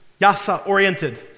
yasa-oriented